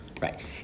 Right